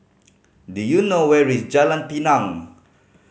do you know where is Jalan Pinang